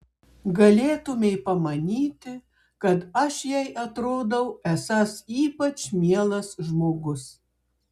galėtumei pamanyti kad aš jai atrodau esąs ypač mielas žmogus